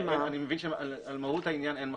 אני מבין שעל מהות העניין אין מחלוקת.